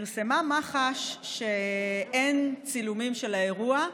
פרסמה מח"ש שאין צילומים של האירוע.